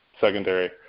secondary